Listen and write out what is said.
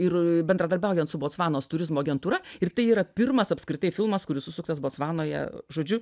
ir bendradarbiaujant su botsvanos turizmo agentūra ir tai yra pirmas apskritai filmas kuris susuktas botsvanoje žodžiu